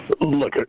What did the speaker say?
Look